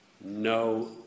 No